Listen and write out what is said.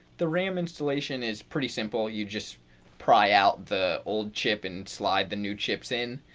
the ram installation is pretty simple you just pry out the old chips and slide the new chips in.